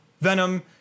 Venom